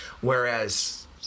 Whereas